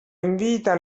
invita